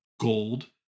gold